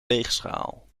weegschaal